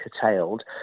curtailed